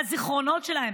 מהזיכרונות שלהם,